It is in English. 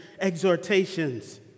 exhortations